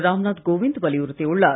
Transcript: ராம்நாத் கோவிந்த் வலியுறுத்தி உள்ளார்